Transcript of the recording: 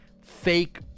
fake